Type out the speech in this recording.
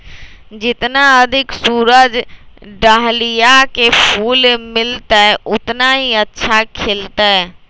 जितना अधिक सूरज डाहलिया के फूल मिलतय, उतना ही अच्छा खिलतय